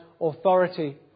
authority